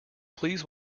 please